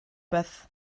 beth